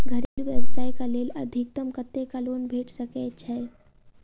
घरेलू व्यवसाय कऽ लेल अधिकतम कत्तेक लोन भेट सकय छई?